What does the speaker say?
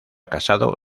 casado